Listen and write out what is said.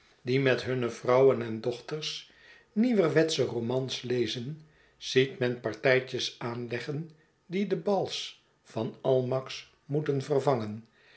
die met hunne vrouwen hhmi sghetsen van boz en dochters nieuwerwetsche romans lezen ziet men partijtjes aanleggen die de bals van almack's moeten vervangen